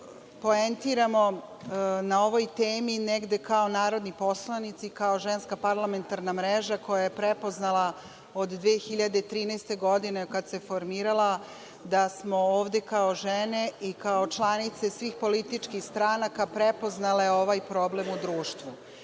poentiramo na ovoj temi negde kao narodni poslanici, kao Ženska parlamentarna mreža, koja je prepoznala od 2013. godine, kada se formirala, da smo ovde kao žene i kao članice svih političkih stranaka prepoznale ovaj problem u društvu. Mislim